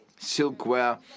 silkware